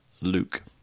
Luke